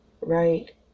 right